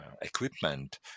equipment